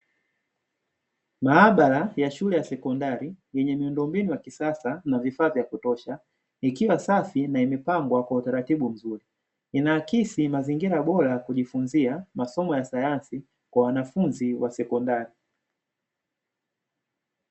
Maabara ya shule ya sekondari yenye miundombinu ya kisasa na vifaa vya kutosha ikiwa safi na imepambwa kwa utaratibu mzuri, inaakisi mazingira bora kujifunzia masomo ya sayansi kwa wanafunzi wa sekondari.